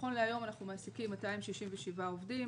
נכון להיום אנחנו מעסיקים 267 עובדים.